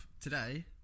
today